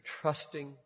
trusting